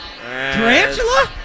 Tarantula